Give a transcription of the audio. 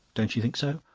don't you think so?